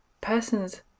person's